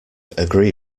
agree